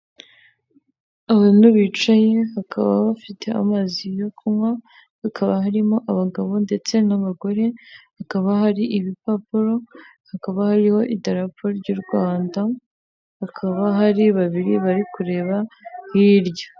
Abantu bicanyi bakaba bafite amazi yo kunywa, hakaba harimo abagabo ndetse n'abagore, hakaba hari ibipapuro, hakaba hariho ni idarapo ry'u Rwanda, hakaba hari babiri bari kureba hirya.